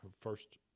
first